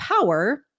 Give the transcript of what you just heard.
power